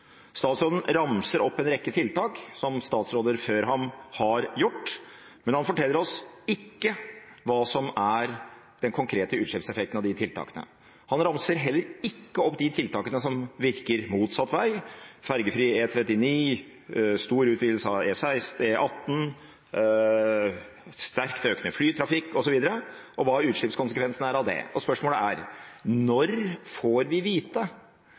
Statsråden ramser opp en rekke tiltak, som statsråder før ham har gjort, men han forteller oss ikke hva som er den konkrete utslippseffekten av disse tiltakene. Han ramser heller ikke opp de tiltakene som virker motsatt vei – fergefri E39, stor utvidelse av E18, sterkt økende flytrafikk osv. – og hva utslippskonsekvensene er av det. Spørsmålet er: Når får vi vite